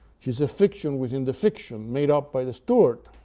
she's a fiction within the fiction made up by the steward,